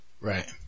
Right